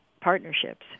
partnerships